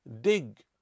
Dig